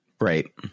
Right